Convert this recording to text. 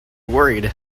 worried